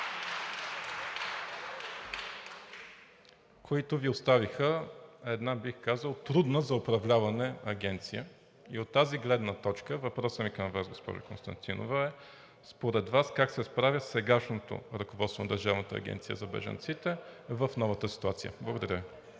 които Ви оставиха една трудна за управляване агенция. От тази гледна точка въпросът ми към Вас, госпожо Константинова, е: според Вас как се справя сегашното ръководство на Държавната агенция за бежанците в новата ситуация? Благодаря